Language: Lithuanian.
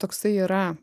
toksai yra